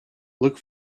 look